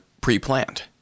pre-planned